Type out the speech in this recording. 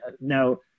now